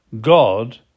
God